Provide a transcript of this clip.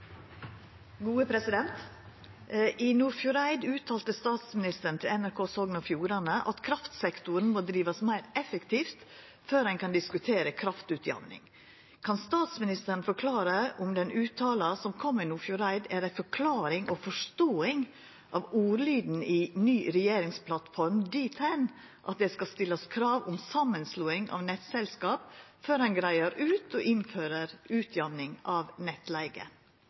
uttalte statsministeren til NRK Sogn og Fjordane at kraftsektoren må drivast meir effektivt før ein kan diskutere kraftutjamning. Kan statsministeren forklare om den uttala som kom i Nordfjordeid, er ei forklaring og forståing av ordlyden i ny regjeringsplattform dit hen at det skal stillast krav om samanslåing av nettselskap før ein greier ut og innfører utjamning av nettleige?»